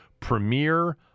Premier